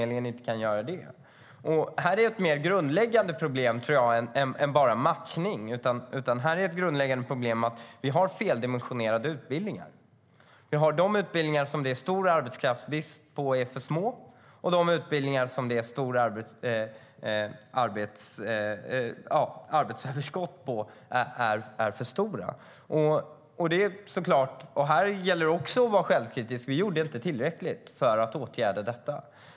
Det är ett mer grundläggande problem än bara matchning. Problemet är att vi har feldimensionerade utbildningar. De utbildningar där det är stor arbetskraftsbrist är för små, och de utbildningar där det är arbetskraftsöverskott är för stora. Det gäller att vara självkritisk också här. Vi gjorde inte tillräckligt för att åtgärda detta.